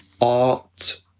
art